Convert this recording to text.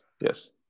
yes